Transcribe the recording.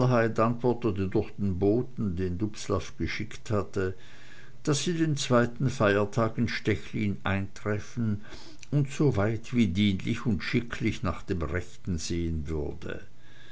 den boten den dubslav geschickt hatte daß sie den zweiten feiertag in stechlin eintreffen und soweit wie dienlich und schicklich nach dem rechten sehn würde